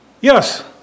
Yes